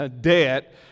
debt